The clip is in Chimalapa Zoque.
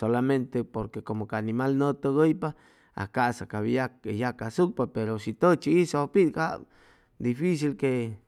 solamente porque como ca animal nʉʉ tʉgʉypa a ca'sa cap hʉy yacasucpa pero shi tʉchi hizʉ pit cap dificil que